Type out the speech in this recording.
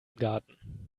garten